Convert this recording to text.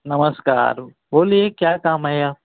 नमस्कार बोलिए क्या काम है आप